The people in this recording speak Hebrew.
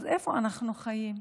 אז איפה אנחנו חיים?